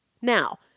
Now